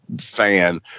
fan